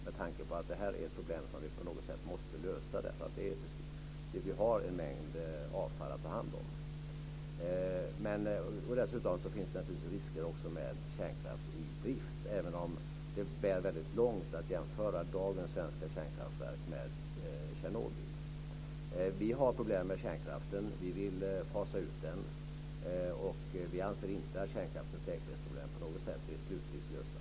Detta är ju ett problem som vi på något sätt måste lösa eftersom vi har en mängd avfall att ta hand om. Dessutom finns det naturligtvis risker med kärnkraft i drift, även om det bär väldigt långt att jämföra dagens svenska kärnkraftverk med Tjernobyl. Vi har problem med kärnkraften. Vi vill fasa ut den. Vi anser inte att kärnkraftens säkerhetsproblem på något sätt är slutligt lösta.